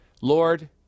Lord